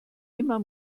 immer